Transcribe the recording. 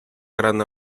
gran